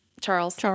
charles